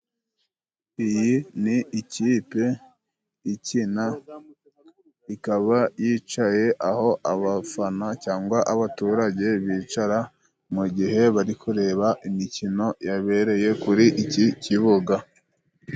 Iyi ni ikipe ikina ikaba yicaye aho abafana cyangwa abaturage bicara mu gihe bari kureba imikino yabereye kuri iki kibuga.